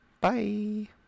Bye